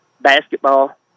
Basketball